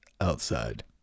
outside